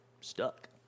stuck